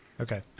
Okay